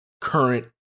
current